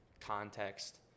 context